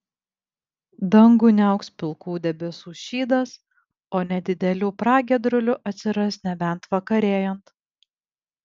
dangų niauks pilkų debesų šydas o nedidelių pragiedrulių atsiras nebent vakarėjant